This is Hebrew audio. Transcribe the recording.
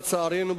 לצערנו,